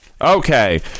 Okay